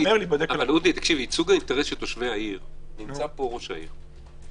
נמצא פה ראש העיר.